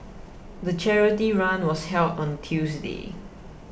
the charity run was held on Tuesday